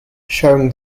sharing